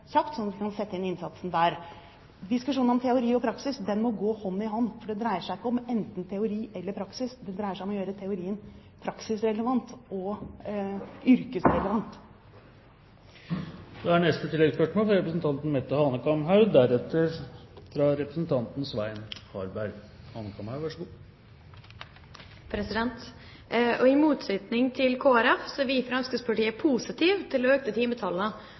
kjapt, sånn at vi kan sette inn innsatsen der. Diskusjonen om teori og praksis må gå hånd i hånd, for det dreier seg ikke om enten teori eller praksis, det dreier seg om å gjøre teorien praksisrelevant og yrkesrelevant. Mette Hanekamhaug – til oppfølgingsspørsmål. I motsetning til Kristelig Folkeparti er vi i Fremskrittspartiet positive til å øke timetallet og